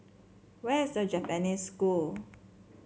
where is The Japanese School